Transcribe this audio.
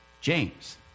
James